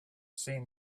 seen